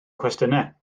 cwestiynau